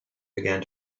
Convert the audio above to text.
began